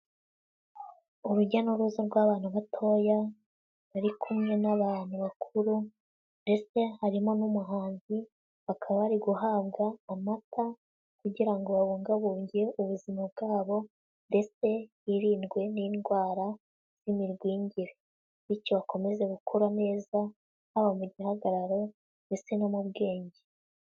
Urujya n'uruza rw'abana batoya, bari kumwe n'abantu bakuru, ndetse harimo n'umuhanzi, bakaba bari guhabwa amata, kugira ngo babungabunge ubuzima bwabo ndetse hirindwe n'indwara z'imirwigire, bityo bakomeze gukura neza, haba mu gihagararo ndetse no mu bwenge.